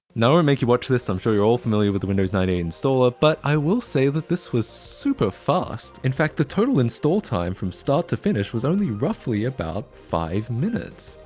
now i won't make you watch this, i'm sure you're all familiar with the windows ninety eight installer, but i will say that this was super fast. in fact, the total install time from start to finish was only roughly about five minutes.